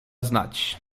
znać